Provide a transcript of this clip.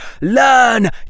Learn